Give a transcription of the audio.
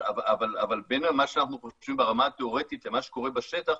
אבל בין מה שאנחנו חושבים ברמה התיאורטית למה שקורה בשטח,